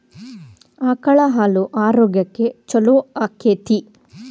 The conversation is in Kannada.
ಆಕಳ ಹಾಲು ಆರೋಗ್ಯಕ್ಕೆ ಛಲೋ ಆಕ್ಕೆತಿ?